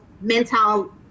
mental